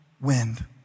wind